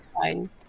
fine